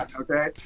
okay